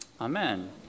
amen